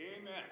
Amen